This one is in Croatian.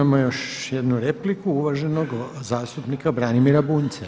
Imamo još jednu repliku uvaženog zastupnika Branimira Bunjca.